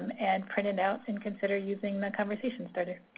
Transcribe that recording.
and print it out, and consider using the conversation starter.